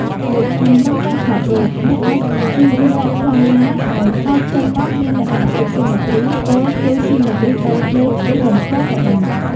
ដូច្នេះនៅពេលថតរូប អ្នកអាចព្យាយាមរកប្លង់ណា ឱ្យថតចេញមកមានលក្ខណៈជាស៊ីមេទ្រី ពោលគឺ ស៊ីមេទ្រីបែបផ្តេក ឬបញ្ឈរក៏បាន។